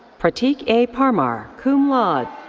pratik a. parmar, cum laude.